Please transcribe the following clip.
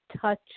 touch